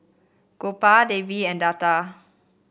Gopal Devi and Lata